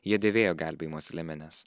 jie dėvėjo gelbėjimosi liemenes